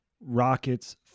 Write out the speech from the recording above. Rocket's